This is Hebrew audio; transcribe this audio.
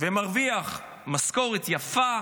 ומרוויח משכורת יפה,